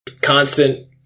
Constant